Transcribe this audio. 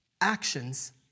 actions